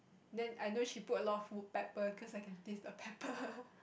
then I know she put a lot of wood pepper cause I can taste the pepper